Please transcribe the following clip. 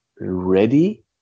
ready